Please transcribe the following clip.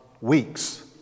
weeks